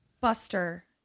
Buster